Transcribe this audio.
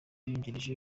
yungirije